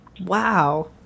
Wow